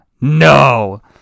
no